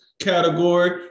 category